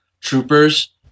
troopers